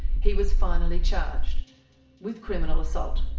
he was finally charged with criminal assault.